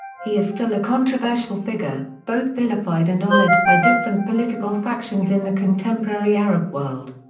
he is still a controversial figure, both vilified and honored by different political factions in the contemporary arab world.